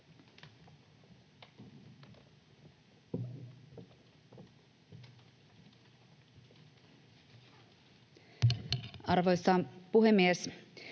Arvoisa puhemies!